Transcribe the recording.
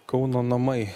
kauno namai